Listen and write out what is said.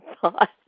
thought